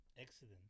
accident